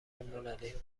المللی